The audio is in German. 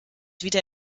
wieder